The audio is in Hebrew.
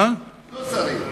לא זרים.